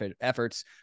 efforts